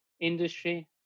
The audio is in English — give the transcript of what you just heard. industry